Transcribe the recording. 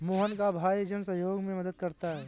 मोहन का भाई जन सहयोग में मदद करता है